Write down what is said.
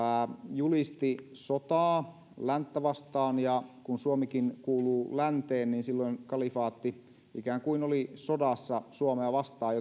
julisti sotaa länttä vastaan ja kun suomikin kuuluu länteen niin silloin kalifaatti ikään kuin oli sodassa suomea vastaan